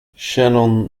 shannon